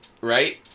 Right